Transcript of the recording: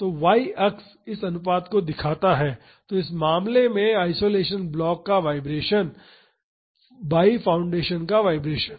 तो y अक्ष इस अनुपात को दिखाता है इस मामले में आइसोलेशन ब्लॉक का वाइब्रेशन बाई फाउंडेशन का वाइब्रेशन